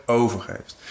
overgeeft